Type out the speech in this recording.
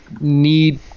need